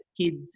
kids